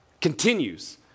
continues